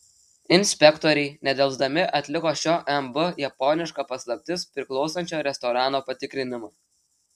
inspektoriai nedelsdami atliko šio mb japoniška paslaptis priklausančio restorano patikrinimą